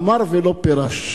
אמר ולא פירש,